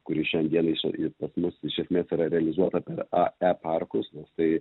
kuri šiandien iš ir pas mus iš esmės yra realizuota per ae parkus nes tai